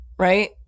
Right